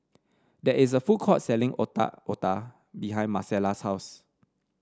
there is a food court selling Otak Otak behind Marcella's house